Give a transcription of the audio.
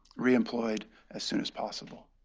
re-employed as soon as possible.